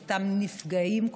באותם נפגעים,